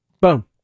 Boom